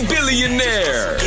Billionaire